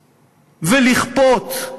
ולכפות,